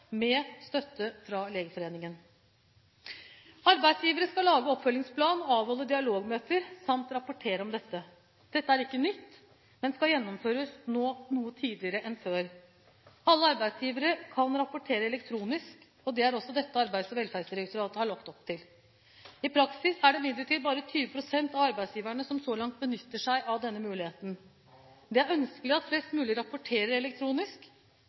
med støtte fra Legeforeningen. Arbeidsgivere skal lage oppfølgingsplaner og avholde dialogmøter samt rapportere om dette. Dette er ikke nytt, men skal nå gjennomføres noe tidligere enn før. Alle arbeidsgivere kan rapportere elektronisk, og det er også dette Arbeids- og velferdsdirektoratet har lagt opp til. I praksis er det imidlertid bare 20 pst. av arbeidsgiverne som så langt benytter seg av denne muligheten. Det er ønskelig at flest mulig rapporterer elektronisk.